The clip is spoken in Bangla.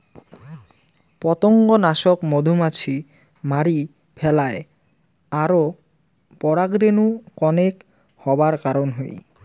পতঙ্গনাশক মধুমাছি মারি ফেলায় আর পরাগরেণু কনেক হবার কারণ হই